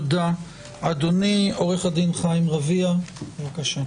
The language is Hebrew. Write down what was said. תודה, עו"ד חיים רביה, בבקשה.